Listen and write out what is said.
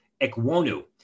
Ekwonu